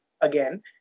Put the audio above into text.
again